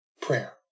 prayer